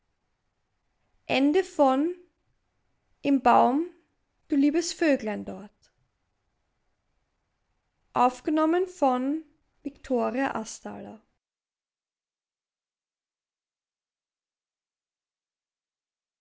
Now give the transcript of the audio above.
im baum du liebes vöglein dort